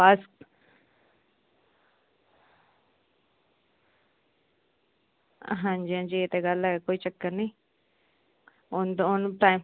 पास हां जी हां जी ओह् ते गल्ल ऐ कोई चक्कर नी हून ते